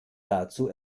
dazu